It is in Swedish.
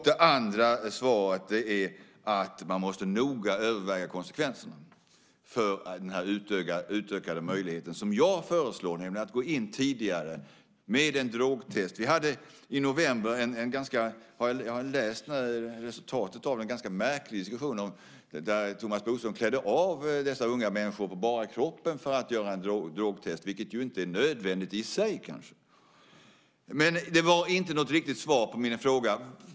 Det andra är att man måste noga överväga konsekvenserna för den utökade möjlighet som jag föreslår, nämligen att gå in tidigare med ett drogtest. Jag har läst om ett ganska märkligt resultat. Vi förde en diskussion i november om att Thomas Bodström ville att man skulle klä av dessa unga människor på bara kroppen för att göra ett drogtest, vilket ju kanske inte är nödvändigt i sig. Men jag fick inte något riktigt svar på min fråga.